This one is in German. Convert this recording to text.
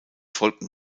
folgten